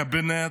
הקבינט,